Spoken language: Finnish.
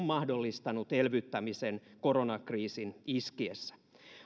mahdollistanut elvyttämisen koronakriisin iskiessä